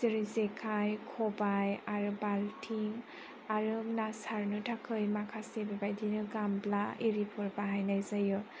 जेरै जेखाइ खबाय आरो बाल्थिं आरो ना सारनो थाखाय माखासे बेबायदिनो गामब्ला बायदिफोर बाहायनाय जायो